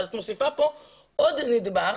אז את מוסיפה פה עוד נדבך,